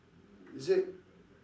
is it